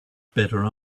better